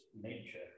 nature